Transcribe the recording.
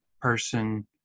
person